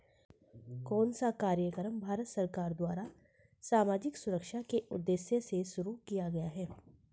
कौन सा कार्यक्रम भारत सरकार द्वारा सामाजिक सुरक्षा के उद्देश्य से शुरू किया गया है?